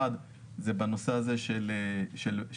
1. בנושא של הבטיחות,